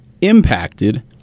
impacted